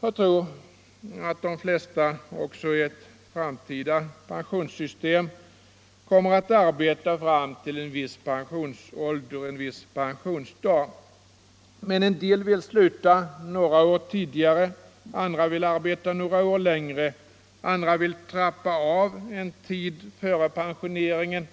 Jag tror att de flesta också enligt ett framtida pensionssystem kommer att arbeta fram till en viss pensionsålder, en viss pensionsdag. Men en del vill sluta några år tidigare, andra vill arbeta några år längre, vissa vill ”trappa av” en tid före pensioneringen,